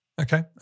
Okay